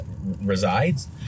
resides